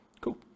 Cool